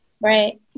Right